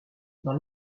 dans